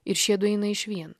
ir šie du eina išvien